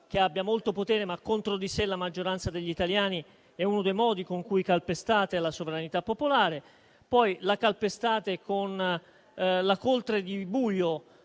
che abbia molto potere, ma contro di sé la maggioranza degli italiani, è uno dei modi con cui calpestate la sovranità popolare. La calpestate poi con la coltre di buio